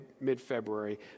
mid-February